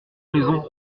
maisons